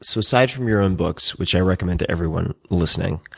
so aside from your own books which i recommend to everyone listening